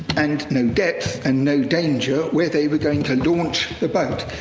and no depth, and no danger, where they were going to launch the boat.